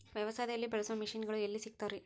ವ್ಯವಸಾಯದಲ್ಲಿ ಬಳಸೋ ಮಿಷನ್ ಗಳು ಎಲ್ಲಿ ಸಿಗ್ತಾವ್ ರೇ?